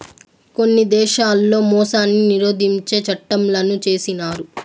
కొన్ని దేశాల్లో మోసాన్ని నిరోధించే చట్టంలను చేసినారు